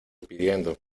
pidiendo